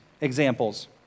examples